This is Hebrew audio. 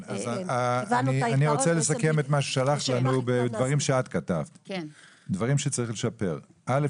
אני רוצה לסכם את מה ששלחת לנו בדברים שאת כתבת שצריך לשפר: א',